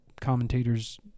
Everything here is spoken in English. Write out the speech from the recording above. commentators